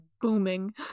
booming